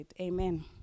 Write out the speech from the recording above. Amen